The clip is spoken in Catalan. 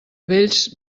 vells